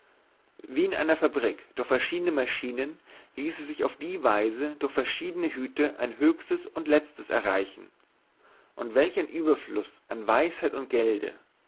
wie in einer fabrik durch verschiedene maschinen ließe sich auf diese weise durch verschiedene hüte ein höchstes und leztes erreichen und welch ein ueberfluß an weisheit und gelde